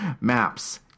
maps